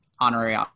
Honorary